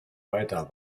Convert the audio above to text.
reiter